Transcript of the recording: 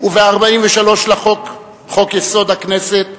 ו-43 לחוק-יסוד: הכנסת,